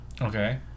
okay